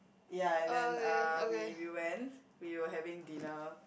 ya and then uh we we went we were having dinner